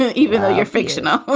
ah even though you're fictional.